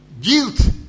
Guilt